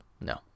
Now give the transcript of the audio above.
No